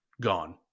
gone